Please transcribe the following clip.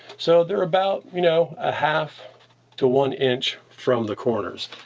so, they're about, you know, a half to one inch from the corners.